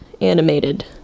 animated